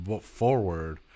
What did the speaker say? forward